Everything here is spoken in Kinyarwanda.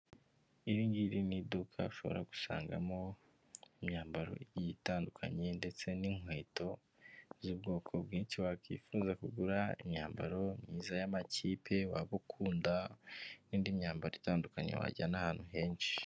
Iringiri ni iduka ushobora gusangamo imyambaro igiye itandukanye ndetse n'inkweto z'ubwoko bwinshi wakwifuza kugura, imyambaro myiza y'amakipe waba ukunda n'indi myambaro itandukanye wajyana ahantu henshi.